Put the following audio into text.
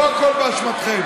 לא הכול באשמתכם.